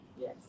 Yes